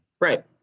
Right